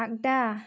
आगदा